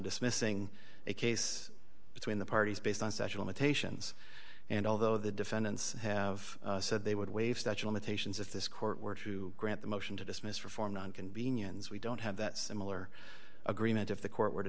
dismissing a case between the parties based on special imitation and although the defendants have said they would waive statue limitations if this court were to grant the motion to dismiss reform on convenience we don't have that similar agreement if the court were to